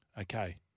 Okay